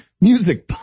music